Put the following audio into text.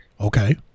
Okay